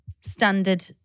standard